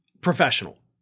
professional